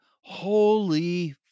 holy